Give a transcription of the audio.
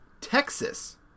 Texas